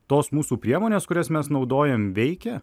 tos mūsų priemonės kurias mes naudojam veikia